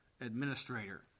administrator